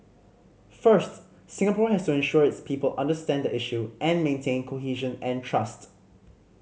first Singapore has to ensure its people understand the issue and maintain cohesion and trust